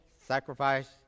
sacrifice